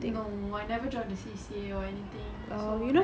no I never join the C_C_A or anything so I never